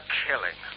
killing